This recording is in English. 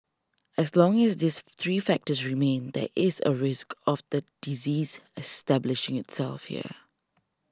as long as these three factors remain that is a risk of the disease establishing itself here